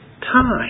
time